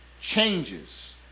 changes